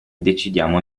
decidiamo